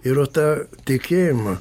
ir o tą tikėjimą